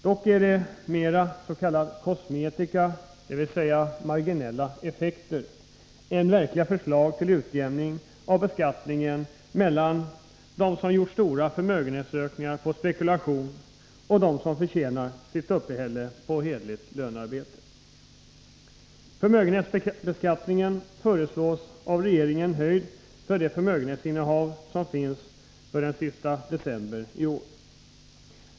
Dock är det mer s.k. kosmetika, dvs. marginella effekter, än verkliga förslag till utjämning av beskattningen mellan dem som gjort stora förmögenhetsökningar på spekulation och dem som förtjänar sitt uppehälle på hederligt lönarbete. Beskattningen föreslås av regeringen höjd för det förmögenhetsinnehav som finns den 31 december i år.